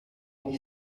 agli